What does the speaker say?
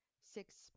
six